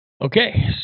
Okay